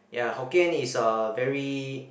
ya Hokkien is a very